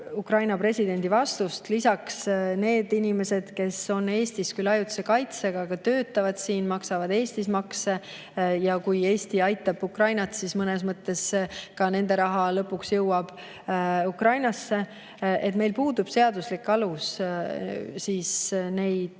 Ukraina presidendi vastusest. Lisaks, need inimesed, kes on Eestis küll ajutise kaitsega, aga töötavad siin, maksavad Eestis makse ja kui Eesti aitab Ukrainat, siis mõnes mõttes ka nende raha lõpuks jõuab Ukrainasse. Meil puudub seaduslik alus neid